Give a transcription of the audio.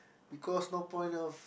because no point of